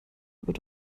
wird